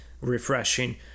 refreshing